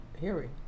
hearing